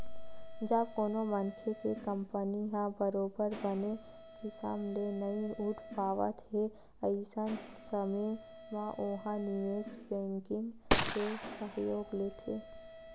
जब कोनो मनखे के कंपनी ह बरोबर बने किसम ले नइ उठ पावत हे अइसन समे म ओहा निवेस बेंकिग के सहयोग लेथे